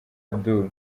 abdoul